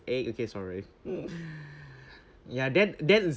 eh okay sorry ya tha~ that is